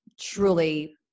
truly